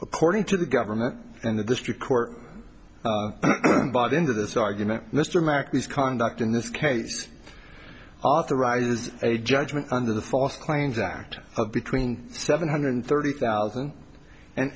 according to the government and the district court bought into this argument mr mack this conduct in this case authorizes a judgment under the false claims act between seven hundred thirty thousand and